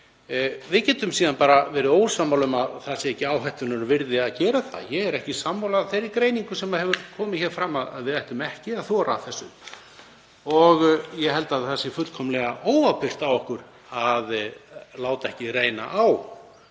Við getum síðan verið ósammála um hvort það sé áhættunnar virði að gera það. Ég er ekki sammála þeirri greiningu sem hefur komið hér fram að við ættum ekki að þora þessu. Ég held að það sé fullkomlega óábyrgt af okkur að láta ekki reyna á